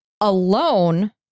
alone